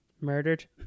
Murdered